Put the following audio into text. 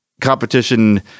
competition